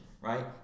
right